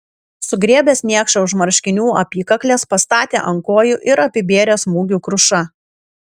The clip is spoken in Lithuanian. sugriebęs niekšą už marškinių apykaklės pastatė ant kojų ir apibėrė smūgių kruša